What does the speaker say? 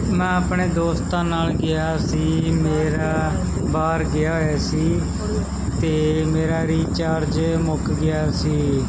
ਮੈਂ ਆਪਣੇ ਦੋਸਤਾਂ ਨਾਲ ਗਿਆ ਸੀ ਮੇਰਾ ਬਾਹਰ ਗਿਆ ਹੋਇਆ ਸੀ ਅਤੇ ਮੇਰਾ ਰੀਚਾਰਜ ਮੁੱਕ ਗਿਆ ਸੀ